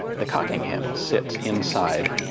the cocking handle sits inside